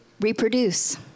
reproduce